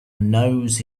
nose